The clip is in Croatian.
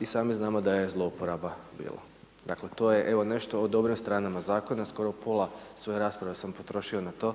i sami znamo da je zlouporaba bilo. Dakle, to je evo nešto o dobrim stranama Zakona, skoro pola svoje rasprave sam potrošio na to